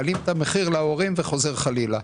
מעלים את המחיר להורים וחוזר חלילה.